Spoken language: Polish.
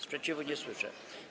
Sprzeciwu nie słyszę.